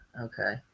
Okay